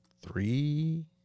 three